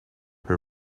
her